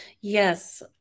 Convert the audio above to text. Yes